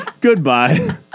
Goodbye